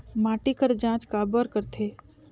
माटी कर जांच काबर करथे?